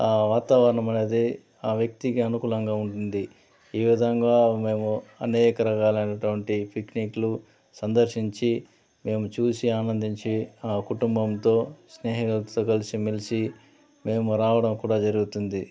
వాతావరణం అనేది ఆ వ్యక్తికి అనుకూలంగా ఉంటుంది ఈ విధంగా మేము అనేక రకాలైనటువంటి పిక్నిక్లు సందర్శించి మేము చూసి ఆనందించి కుటుంబంతో స్నేహితులతో కలిసి మెలిసి మేము రావడం కూడా జరుగుతుంది